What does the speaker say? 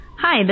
Hi